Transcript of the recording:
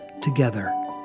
together